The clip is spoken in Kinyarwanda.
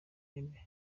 ntebe